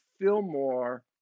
Fillmore